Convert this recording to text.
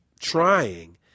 trying